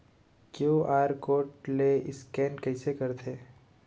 QR code ले scan कइसे करथे?